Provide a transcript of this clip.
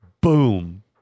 boom